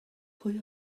pwy